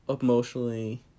Emotionally